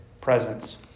presence